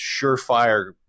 surefire